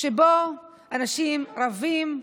שבו אנשים רבים,